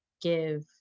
give